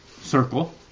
circle